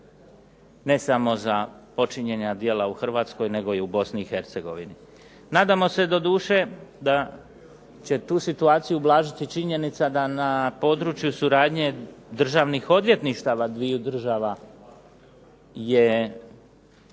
ne samo za počinjena djela u Hrvatskoj nego i u Bosni i Hercegovini. Nadamo se doduše da će tu situaciju ublažiti činjenica da na području suradnje državnih odvjetništava dviju država je